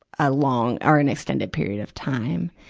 a long, or an extended period of time.